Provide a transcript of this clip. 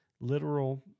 literal